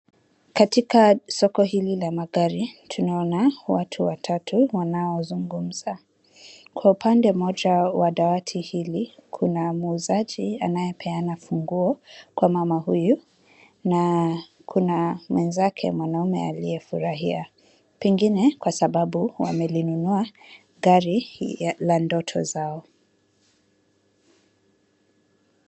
Katika soko hili la magari tunaona watu watatu wanaozungumza kwa upande moja wa dawati hili kuna muuzaji anayepeana funguo kwa mama huyu na kuna mwenzake mwanaume aliyefurahia pengine kwa Sababu wamelinunua gari hii la ndogo zao.